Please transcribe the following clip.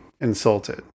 insulted